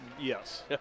Yes